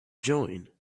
join